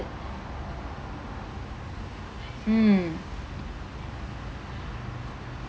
mm